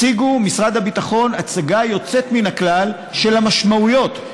הציגו ממשרד הביטחון הצגה יוצאת מן הכלל של המשמעויות,